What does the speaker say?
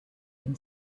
been